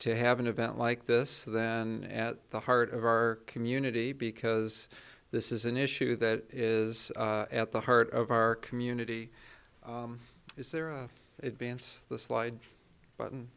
to have an event like this then at the heart of our community because this is an issue that is at the heart of our community is there are advance the slide button